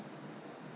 just normal lah